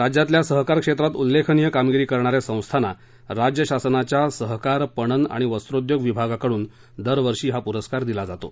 राज्यातल्या सहकार क्षेत्रात उल्लेखनिय कामगिरी करणा या संस्थांना राज्य शासनाच्या सहकार पणन आणि वस्तोद्योग विभागाकडून दरवर्षी हा पुरस्कार दिला जातो